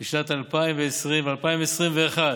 בשנים 2020 ו-2021.